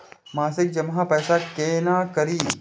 मासिक जमा पैसा केना करी?